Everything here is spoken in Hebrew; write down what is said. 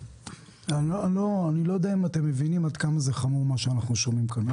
אני לא יודע אם אתם מבינים כמה זה חמור מה שאנחנו שומעים כאן.